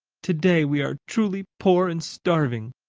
today we are truly poor and starving.